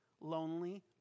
lonely